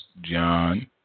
John